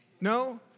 No